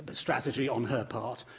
strategy on her part,